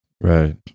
Right